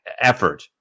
effort